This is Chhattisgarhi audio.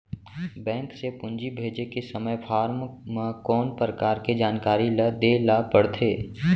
बैंक से पूंजी भेजे के समय फॉर्म म कौन परकार के जानकारी ल दे ला पड़थे?